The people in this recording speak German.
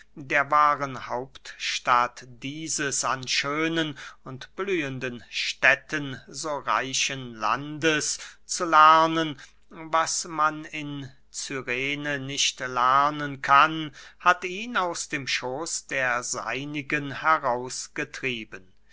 der wahren hauptstadt dieses an schönen und blühenden städten so reichen landes zu lernen was man in cyrene nicht lernen kann hat ihn aus dem schooß der seinigen herausgetrieben